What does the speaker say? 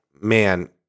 man